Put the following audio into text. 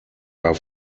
are